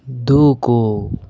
దూకు